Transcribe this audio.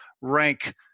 rank